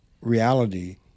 reality